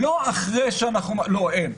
אין.